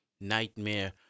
Nightmare